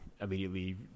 immediately